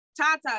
Tata